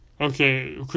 Okay